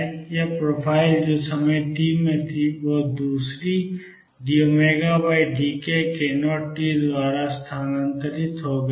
यह प्रोफ़ाइल जो समय t में थी वह दूरी dωdkk0 t द्वारा स्थानांतरित हो गई है